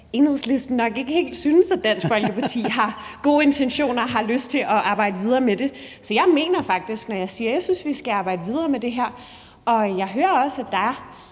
Enhedslisten nok ikke helt synes at Dansk Folkeparti har gode intentioner og ikke har lyst til at arbejde videre med det. Så jeg mener det faktisk, når jeg siger, at jeg synes, vi skal arbejde videre med det her, og jeg hører også, at der